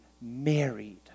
married